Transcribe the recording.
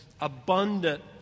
abundant